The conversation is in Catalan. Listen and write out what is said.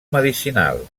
medicinal